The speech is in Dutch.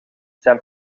zijn